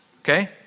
Okay